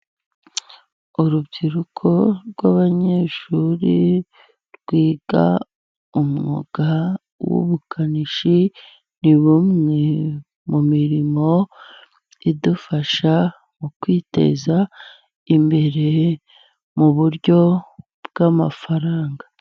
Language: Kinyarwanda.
Urubyiruko rw'abanyeshuri rwiga umwuga w ubukanishi, ni bumwe mu mirimo idufasha mu kwiteza imbere mu buryo bw'amafaranga.